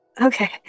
Okay